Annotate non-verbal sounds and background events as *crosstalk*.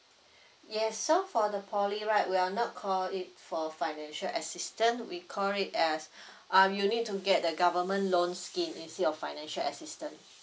*breath* yes so for the poly right we're not call it for financial assistance we call it as *breath* uh you need to get the government loan scheme instead of financial assistance